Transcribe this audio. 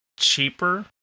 cheaper